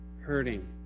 hurting